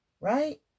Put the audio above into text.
right